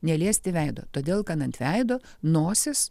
neliesti veido todėl kad ant veido nosis